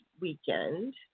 weekend